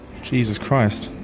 jesus christ,